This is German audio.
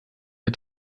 der